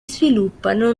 sviluppano